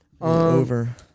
Over